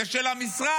זה של המשרד.